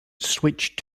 switched